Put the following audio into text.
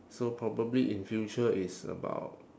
so probably in future it's about